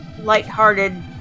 lighthearted